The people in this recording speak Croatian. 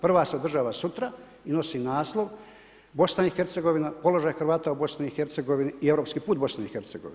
Prva se održava sutra i nosi naslov BiH, položaj Hrvata u BiH i europski put BiH.